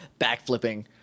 backflipping